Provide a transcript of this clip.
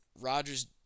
Rodgers